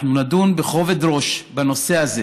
אנחנו נדון בכובד ראש בנושא הזה